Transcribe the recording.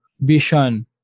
vision